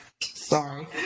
Sorry